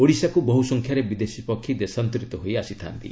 ଓଡ଼ିଶାକୁ ବହୁ ସଂଖ୍ୟାରେ ବିଦେଶୀ ପକ୍ଷୀ ଦେଶାନ୍ତରିତ ହୋଇ ଆସିଥା'ନ୍ତି